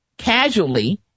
casually